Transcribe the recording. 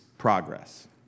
progress